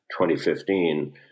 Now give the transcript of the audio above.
2015